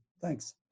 Thanks